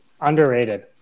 underrated